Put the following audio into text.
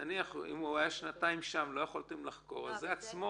נניח אם הוא היה שנתיים שם ולא יכולתם לחקור זה עוצר.